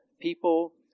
people